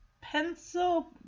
pencil